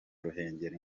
ruhengeri